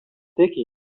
sticky